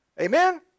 Amen